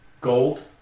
gold